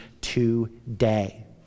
today